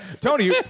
Tony